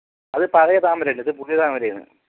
അത് പഴയ താമര അല്ല ഇത് പുതിയ താമരയാണ്